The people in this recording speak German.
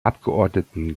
abgeordneten